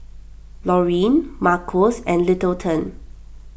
Loreen Marcos and Littleton